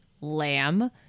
lamb